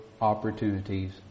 opportunities